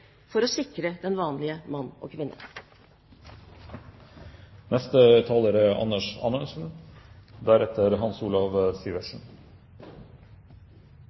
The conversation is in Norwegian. for å sikre den vanlige mann og kvinne.